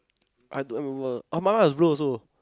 I don't I don't remember oh my one was blue also